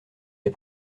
les